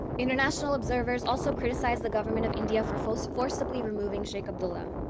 international observers also criticized the government of india for for forcibly removing sheikh abdullah.